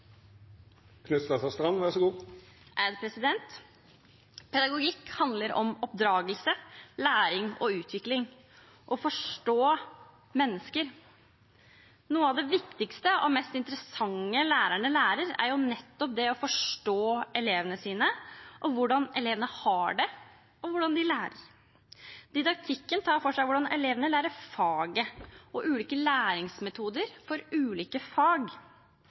Pedagogikk handler om oppdragelse, læring og utvikling – å forstå mennesker. Noe av det viktigste og mest interessante lærerne lærer, er nettopp det å forstå elevene sine, forstå hvordan elevene har det, og hvordan de lærer. Didaktikken tar for seg hvordan elevene lærer faget, og ulike læringsmetoder for ulike fag.